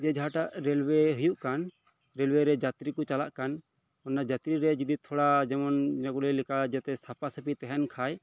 ᱡᱮ ᱡᱟᱦᱟᱸᱴᱟᱜ ᱨᱮᱞᱳᱣᱮ ᱦᱳᱭᱳᱜ ᱠᱟᱱ ᱨᱮᱞᱳᱣᱮ ᱡᱟᱛᱨᱤ ᱠᱚ ᱪᱟᱞᱟᱜ ᱠᱟᱱ ᱚᱱᱟ ᱡᱟᱛᱛᱨᱤ ᱨᱮ ᱡᱩᱫᱤ ᱛᱷᱚᱲᱟ ᱡᱮᱢᱚᱱ ᱡᱟᱦᱟᱸ ᱠᱚ ᱞᱟᱹᱭ ᱞᱮᱠᱟ ᱡᱟᱛᱮ ᱥᱟᱯᱷᱟ ᱥᱟᱹᱯᱷᱤ ᱛᱟᱦᱮᱱ ᱠᱷᱟᱱ